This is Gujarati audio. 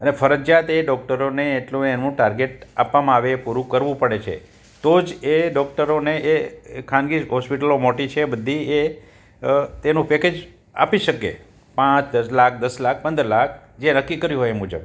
અને ફરજિયાત એ ડોક્ટરોને એટલું એનું ટાર્ગેટ આપવામાં આવે એ પૂરું કરવું પડે છે તો જ એ ડોક્ટરોને એ ખાનગી હોસ્પિટલો મોટી છે એ બધી એ તેનું પેકેજ આપી શકે પાંચ દસ લાખ દસ લાખ પંદર લાખ જે નક્કી કર્યું હોય એ મુજબ